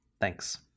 Thanks